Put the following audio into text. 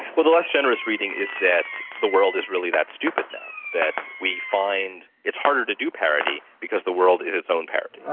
well, the less generous reading is that the world is really that stupid now, that we find it's harder to do parody because the world is its own parody.